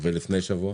ולפני שבוע?